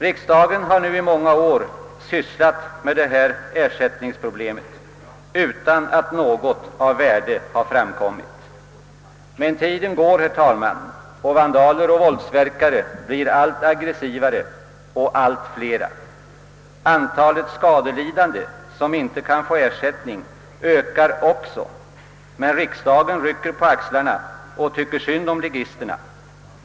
Riksdagen har nu i många år sysslat med detta ersättningsproblem utan att något av värde framkommit. Men tiden går, och vandaler och våldsverkare blir allt aggressivare och allt fler. Antalet skadelidande som inte kan få ersättning ökar också, men i riksdagen rycker man på axlarna och tycker synd om ligisterna.